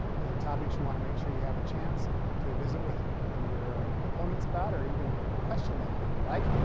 other topics you want to make sure you have a chance to visit with your opponents about, or even question them, if you would like.